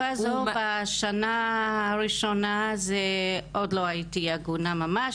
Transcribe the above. בשנה הראשונה עוד לא הייתי עגונה ממש,